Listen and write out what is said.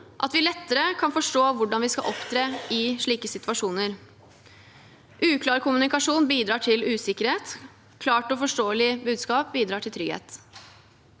at vi lettere kan forstå hvordan vi skal opptre i slike situasjoner. Uklar kommunikasjon bidrar til usikkerhet. Et klart og forståelig budskap bidrar til trygghet.